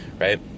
right